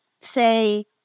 say